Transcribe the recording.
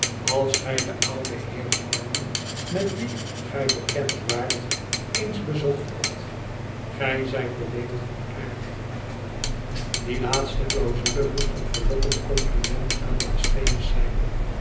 als gij den ouden heer harmon met wien gij bekend waart eens bezocht hadt gij zijt beleefd van aard die laatste clausule ixk est een verlokkend compliment aan baas venus zijn